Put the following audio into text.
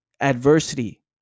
adversity